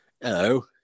hello